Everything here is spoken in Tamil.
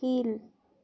கீழ்